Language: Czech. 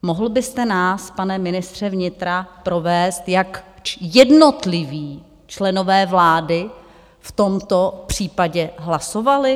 Mohl byste nás, pane ministře vnitra, provést, jak jednotliví členové vlády v tomto případě hlasovali?